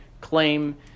claim